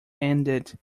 ended